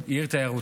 היא עיר תיירותית